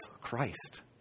Christ